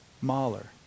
Mahler